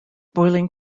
boiling